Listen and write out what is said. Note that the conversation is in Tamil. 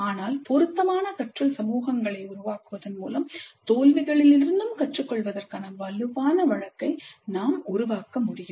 ஆனால் பொருத்தமான கற்றல் சமூகங்களை உருவாக்குவதன் மூலம் தோல்விகளிலிருந்தும் கற்றுக்கொள்வதற்கான வலுவான வழக்கை நாம் உருவாக்க முடியும்